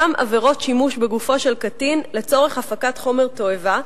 גם עבירות שימוש בגופו של קטין לצורך הפקת חומר תועבה,